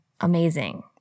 amazing